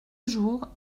jour